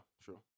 true